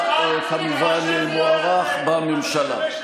אתה משתמש לרעה הסגר היה כמובן מוארך בממשלה.